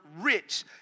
rich